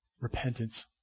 Repentance